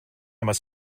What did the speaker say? must